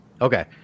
Okay